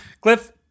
Cliff